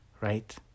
right